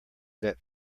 that